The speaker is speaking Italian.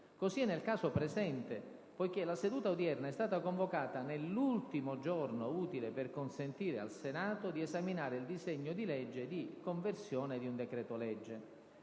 Così è nel caso presente, poiché la seduta odierna è stata convocata nell'ultimo giorno utile per consentire al Senato di esaminare il disegno di legge di conversione di un decreto-legge.